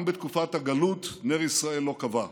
גם בתקופת הגלות נר ישראל לא כבה,